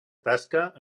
tasca